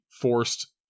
forced